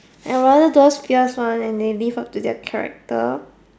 I'd rather those fierce one and they live up to their character